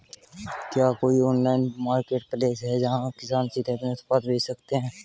क्या कोई online marketplace है जहां किसान सीधे अपने उत्पाद बेच सकते हैं?